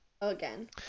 again